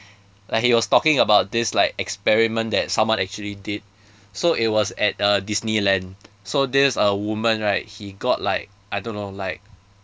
like he was talking about this like experiment that someone actually did so it was at uh disneyland so this uh woman right he got like I don't know like